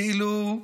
כאילו,